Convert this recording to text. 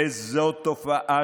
וזאת תופעה,